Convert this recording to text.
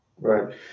Right